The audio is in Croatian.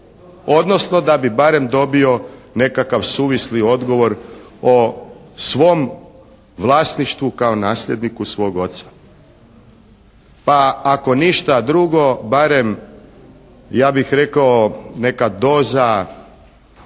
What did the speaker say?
Odnosno da bi barem dobio nekakav suvisli odgovor o svom vlasništvu kao nasljedniku svog oca. Pa ako ništa drugo barem ja bih rekao neka doza